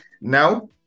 Now